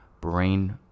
brain